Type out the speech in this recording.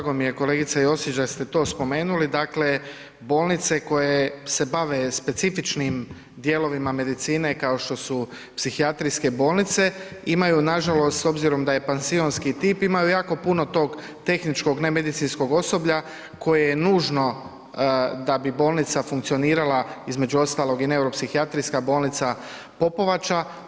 Evo drago mi je kolegice Josić da ste to spomenuli, dakle bolnice koje se bave specifičnim dijelovima medicine kao što su psihijatrijske bolnice imaju nažalost s obzirom da je pansionski tip, imaju jako puno tog tehničkog nemedicinskog osoblja koje je nužno da bi bolnica funkcionirala između ostalog i neuropsihijatrijska bolnica Popovača.